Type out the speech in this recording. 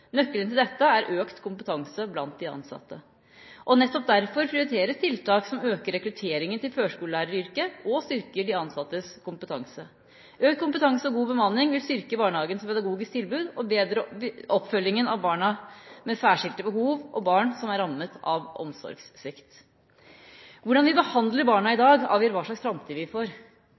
Nøkkelen til dette er økt kompetanse blant de ansatte. Nettopp derfor prioriteres tiltak som øker rekrutteringen til førskolelæreryrket og styrker de ansattes kompetanse. Økt kompetanse og god bemanning vil styrke barnehagenes pedagogiske tilbud og bedre oppfølgingen av barn med særskilte behov og de som er rammet av omsorgssvikt. Hvordan vi behandler barna i dag, avgjør hva slags framtid vi får.